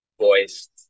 voiced